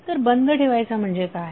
तर बंद ठेवायचा म्हणजे काय